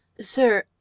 Sir